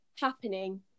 happening